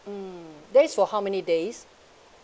mm that's for how many days